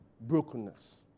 brokenness